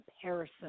comparison